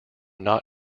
not